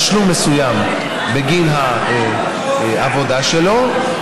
תשלום מסוים בגין העבודה שלו,